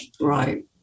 right